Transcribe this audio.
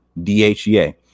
dhea